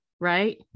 right